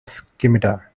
scimitar